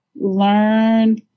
learn